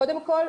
קודם כל,